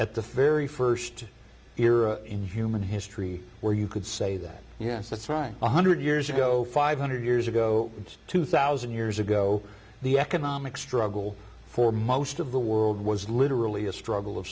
at the very st era in human history where you could say that yes that's right one hundred years ago five hundred years ago it's two thousand years ago the economic struggle for most of the world was literally a struggle of